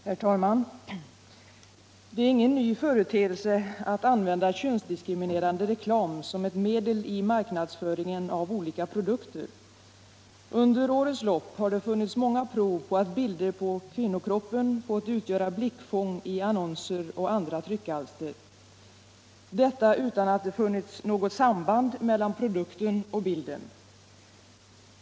Herr talman! Det är ingen ny företeelse att använda könsdiskriminerande reklam som ett medel i marknadsföringen av olika produkter. Under årens lopp har det funnits många exempel på att bilder av kvinnokroppen fått utgöra blickfång i annonser och andra tryckalster utan att det funnit något samband mellan produkten och bilden.